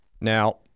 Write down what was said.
Now-